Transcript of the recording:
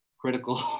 critical